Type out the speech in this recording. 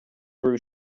grew